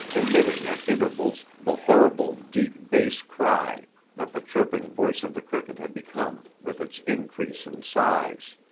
emitting at intervals the horrible, deep bass cry that the chirping voice of the cricket had become with its increase in size.